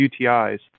UTIs